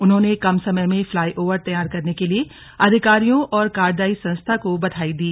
उन्होंने कम समय में फ्लाईओवर तैयार करने के लिए अधिकारियों और कार्यदायी संस्था को बधाई दी